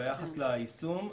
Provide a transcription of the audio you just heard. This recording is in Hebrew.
ביחס ליישום,